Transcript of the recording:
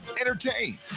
entertain